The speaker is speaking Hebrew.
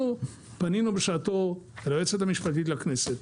אנחנו פנינו בשעתו ליועצת המשפטית לכנסת